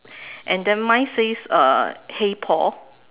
and then mine says uh hey Paul